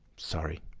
sorry,